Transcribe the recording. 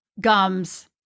gums